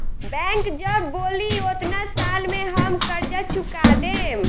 bank जब बोली ओतना साल में हम कर्जा चूका देम